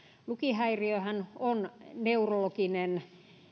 lukihäiriöhän on neurologinen